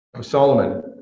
Solomon